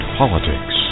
politics